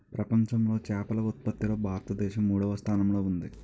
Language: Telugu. ప్రపంచంలో చేపల ఉత్పత్తిలో భారతదేశం మూడవ స్థానంలో ఉంది